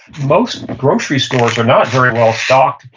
most grocery stores are not very well stocked.